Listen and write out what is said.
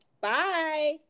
Bye